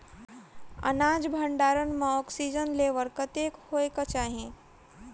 अनाज भण्डारण म ऑक्सीजन लेवल कतेक होइ कऽ चाहि?